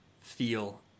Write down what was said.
feel